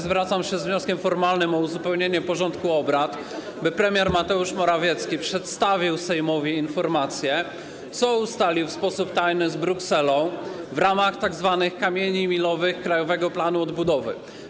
Zwracam się z wnioskiem formalnym o uzupełnienie porządku obrad, by premier Mateusz Morawiecki przedstawił Sejmowi informację, co ustalił w sposób tajny z Brukselą w ramach tzw. kamieni milowych Krajowego Planu Odbudowy.